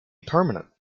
permanent